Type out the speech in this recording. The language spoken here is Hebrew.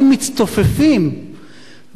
והקול מכוון את ההמונים,